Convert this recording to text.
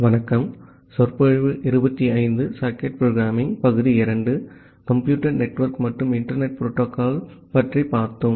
ஆகவே கடைசி வகுப்பில் கம்ப்யூட்டர் நெட்வொர்க் மற்றும் இன்டர்நெட் புரோட்டோகால்ஸ் பார்த்தோம்